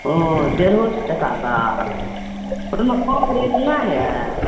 ओ डेढ़ो सओ टका गाछ ओहिमे कम रेट नहि हैत